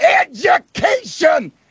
education